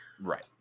Right